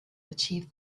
achieve